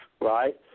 right